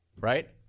right